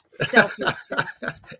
selfie